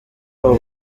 abo